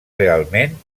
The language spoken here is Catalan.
realment